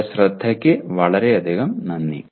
നിങ്ങളുടെ ശ്രദ്ധയ്ക്ക് വളരെ നന്ദി